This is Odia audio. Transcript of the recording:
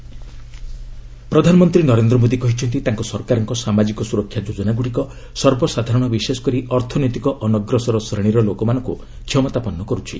ପିଏମ୍ କିମ୍ବ ପ୍ରଧାନମନ୍ତ୍ରୀ ନରେନ୍ଦ୍ର ମୋଦି କହିଛନ୍ତି ତାଙ୍କ ସରକାରଙ୍କ ସାମାଜିକ ସୁରକ୍ଷା ଯୋଜନାଗୁଡ଼ିକ ସର୍ବସାଧାରଣ ବିଶେଷକରି ଅର୍ଥନୈତିକ ଅନଗ୍ରସର ଶ୍ରେଣୀର ଲୋକମାନଙ୍କୁ କ୍ଷମତାପନ୍ନ କରୁଛି